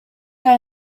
guy